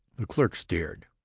the clerk stared.